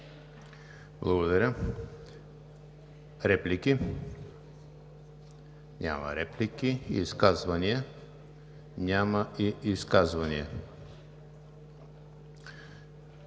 Благодаря. Реплики? Няма. Изказвания? Няма и изказвания.